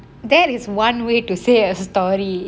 that is one way to say a story